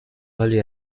حالی